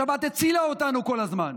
השבת הצילה אותנו כל הזמן.